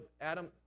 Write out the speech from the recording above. Adam